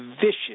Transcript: vicious